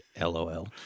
LOL